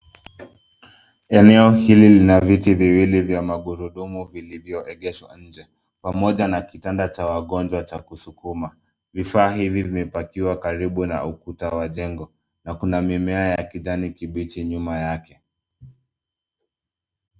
Eneo hili lina viti viwili vya magurudumu vilivyoegeshwa nje pamoja na kitanda cha wagonjwa cha kusukuma. Vifaa hivi vimepakiwa karibu na ukuta wa jengo na kuna mimea ya kijani kibichi nyuma yake.